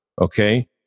Okay